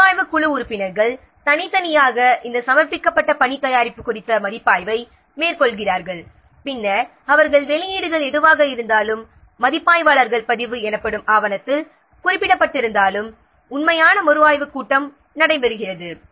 மறுஆய்வு குழு உறுப்பினர்கள் தனித்தனியாக இந்த சமர்ப்பிக்கப்பட்ட பணி தயாரிப்பு குறித்த மதிப்பாய்வை மேற்கொள்கிறார்கள் பின்னர் அவர்கள் வெளியீடுகள் எதுவாக இருந்தாலும் மதிப்பாய்வாளர்கள் பதிவு எனப்படும் ஆவணத்தில் குறிப்பிடப்பட்டிருந்தாலும் உண்மையான மறுஆய்வுக் கூட்டம் நடைபெறுகிறது